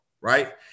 Right